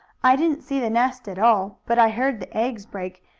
i didn't see the nest at all, but i heard the eggs break,